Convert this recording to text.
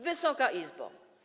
Wysoka Izbo!